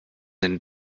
denn